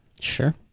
sure